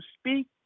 speak